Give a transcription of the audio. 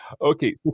Okay